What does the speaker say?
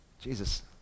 Jesus